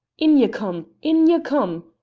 in ye come! in ye come!